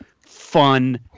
fun